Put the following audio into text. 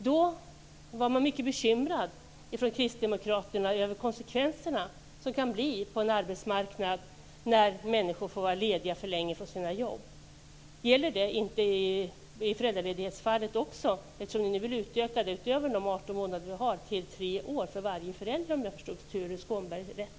Då var man mycket bekymrad från Kristdemokraterna över de konsekvenser det kan få på en arbetsmarknad när människor får vara lediga för länge från sina jobb. Gäller inte det också i föräldraledighetsfallet? Nu vill ni utöka ledigheten utöver de 18 månader vi har till tre år för varje förälder, om jag förstod Tuve Skånberg rätt.